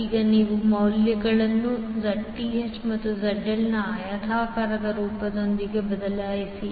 ಈಗ ನೀವು ಮೌಲ್ಯಗಳನ್ನು Zth ಮತ್ತು ZL ನ ಆಯತಾಕಾರದ ರೂಪದೊಂದಿಗೆ ಬದಲಾಯಿಸಿ